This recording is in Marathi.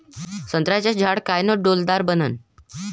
संत्र्याचं झाड कायनं डौलदार बनन?